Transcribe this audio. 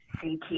CT